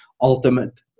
ultimate